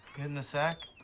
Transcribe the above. and the sack?